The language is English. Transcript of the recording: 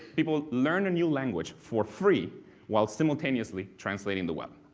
people learn a new language for free while simultaneously translating the web.